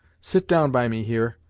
sit down by me here,